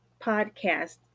podcast